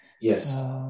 Yes